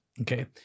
Okay